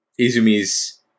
Izumi's